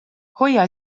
hoia